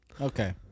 okay